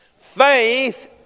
Faith